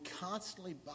constantly